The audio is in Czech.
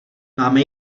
máme